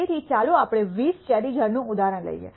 તેથી ચાલો આપણે આપેલા 20 ચેરી ટ્રીનું ઉદાહરણ લઈએ